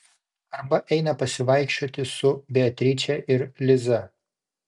arba eina pasivaikščioti su beatriče ir liza